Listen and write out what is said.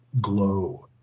glow